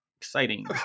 exciting